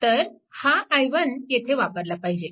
तर हा i1 येथे वापरला पाहिजे